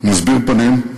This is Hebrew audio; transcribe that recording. מסביר פנים,